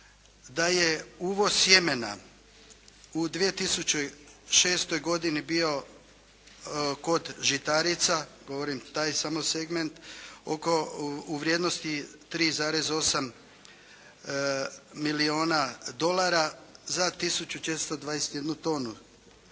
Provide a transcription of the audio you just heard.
da je uvoz sjemena u 2006. godini bio kod žitarica govorim taj samo segment, u vrijednosti 3,8 milijuna dolara za 1421 tonu,